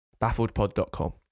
Baffledpod.com